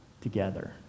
together